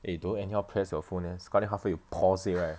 eh don't anyhow press your phone eh scarly half way you pause already right